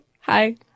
hi